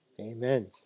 Amen